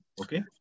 Okay